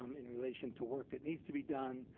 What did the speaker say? um in relation to work that needs to be done,